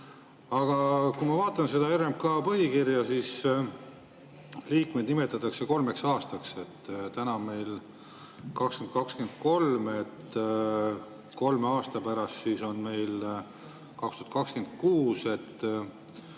Aga kui ma vaatan seda RMK põhikirja, siis liikmed nimetatakse kolmeks aastaks. Täna on meil 2023, kolme aasta pärast on meil 2026.